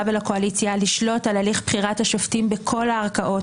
ולקואליציה לשלוט על הליך בחירת השופטים בכל הערכאות,